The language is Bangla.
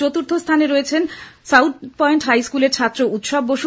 চতুর্থ স্থানে রয়েছেন সাউথ পয়েন্ট হাইস্কুলের ছাত্র উৎসব বসু